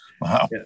wow